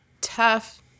tough